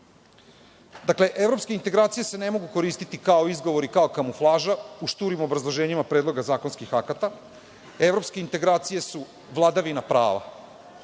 venca. Evropske integracije se ne mogu koristiti kao izgovor i kao kamuflaža u šturim obrazloženjima predloga zakonskih akata. Evropske integracije su vladavina prava,